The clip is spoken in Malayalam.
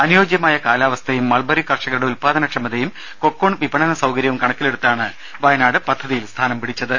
അനുയോജ്യമായ കാലാവസ്ഥയും മൾബറി കർഷകരുടെ ഉത്പാദനക്ഷമതയും കൊക്കൂൺ വിപണന സൌകര്യവും കണക്കിലെടുത്താണ് വയനാട് പദ്ധതിയിൽ സ്ഥാനം പിടിച്ചത്